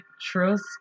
Trust